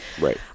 right